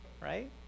right